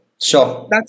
Sure